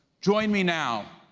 join me now,